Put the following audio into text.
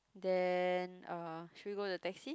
then uh should we go the taxi